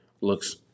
looks